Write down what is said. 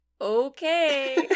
okay